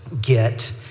get